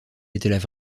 étaient